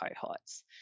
cohorts